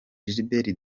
gilbert